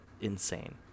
insane